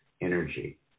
energy